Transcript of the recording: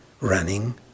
running